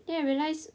then I realise